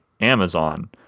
Amazon